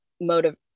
motive